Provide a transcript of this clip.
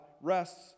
rests